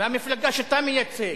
והמפלגה שאתה מייצג,